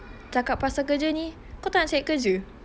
cakap pasal kerja ni kau tak nak cari kerja